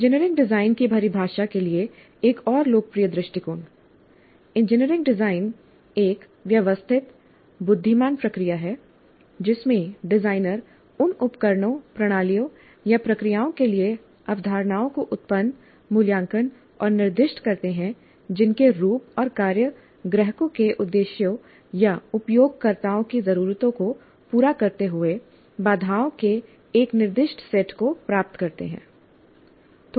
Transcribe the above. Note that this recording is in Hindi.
इंजीनियरिंग डिजाइन की परिभाषा के लिए एक और लोकप्रिय दृष्टिकोण इंजीनियरिंग डिजाइन एक व्यवस्थित बुद्धिमान प्रक्रिया है जिसमें डिजाइनर उन उपकरणों प्रणालियों या प्रक्रियाओं के लिए अवधारणाओं को उत्पन्न मूल्यांकन और निर्दिष्ट करते हैं जिनके रूप और कार्य ग्राहकों के उद्देश्यों या उपयोगकर्ताओं की जरूरतों को पूरा करते हुए बाधाओं के एक निर्दिष्ट सेट को प्राप्त करते हैं